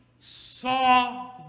saw